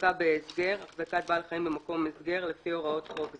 "החזקה בהסגר" החזקת בעל חיים במקום הסגר לפי הוראות חוק זה,